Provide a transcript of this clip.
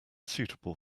suitable